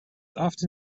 often